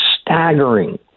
staggering